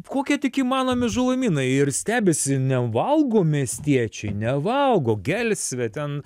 kokie tik įmanomi žalumynai ir stebisi nevalgo miestiečiai nevalgo gelsvę ten